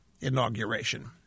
inauguration